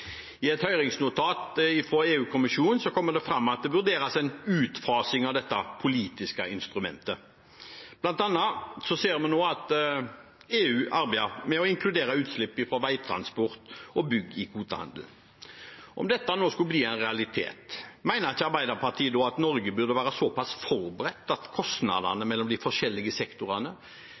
I et høringsnotat fra EU-kommisjonen kommer det fram at det vurderes en utfasing av dette politiske instrumentet. Blant annet ser vi nå at EU arbeider med å inkludere utslipp fra veitransport og bygg i kvotehandel. Om dette nå skulle bli en realitet, mener ikke Arbeiderpartiet da at Norge burde være såpass forberedt at kostnadene mellom de forskjellige sektorene